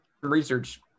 research